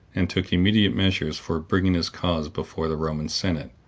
and took immediate measures for bringing his cause before the roman senate,